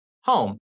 home